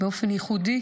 באופן ייחודי